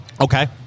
Okay